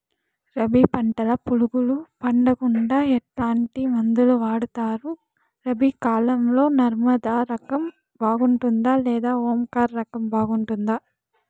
రబి పంటల పులుగులు పడకుండా ఎట్లాంటి మందులు వాడుతారు? రబీ కాలం లో నర్మదా రకం బాగుంటుందా లేదా ఓంకార్ రకం బాగుంటుందా?